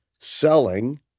Selling